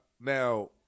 Now